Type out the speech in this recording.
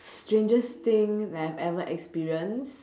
strangest thing that I've ever experienced